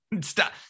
Stop